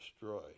destroyed